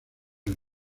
del